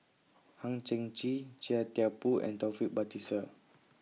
Hang Chang Chieh Chia Thye Poh and Taufik Batisah